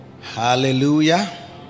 hallelujah